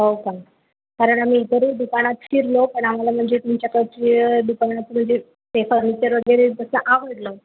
हो चालेल कारण मी बरेच दुकानात फिरलो पण आम्हाला म्हणजे तुमच्याकडचे दुकानातले जे ते फर्निचर वगैरे तसं आवडलं